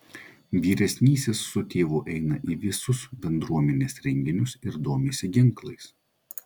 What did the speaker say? vyresnysis su tėvu eina į visus bendruomenės renginius ir domisi ginklais